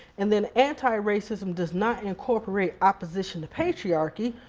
and then anti-racism does not incorporate opposition to patriarchy,